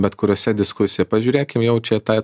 bet kuriose diskusijoj pažiūrėkim jau čia ta